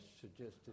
suggested